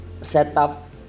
setup